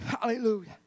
Hallelujah